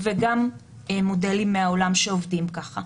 וגם מודלים מהעולם שעובדים ככה.